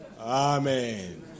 Amen